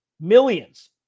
millions